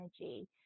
energy